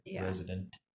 resident